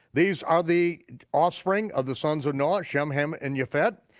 these are the offspring of the sons of noah shem, ham, and yefet.